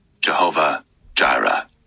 Jehovah-Jireh